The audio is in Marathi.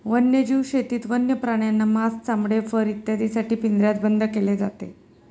वन्यजीव शेतीत वन्य प्राण्यांना मांस, चामडे, फर इत्यादींसाठी पिंजऱ्यात बंद केले जाते